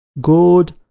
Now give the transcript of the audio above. Good